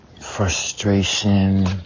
frustration